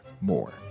more